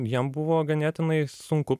jiem buvo ganėtinai sunku